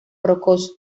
rocoso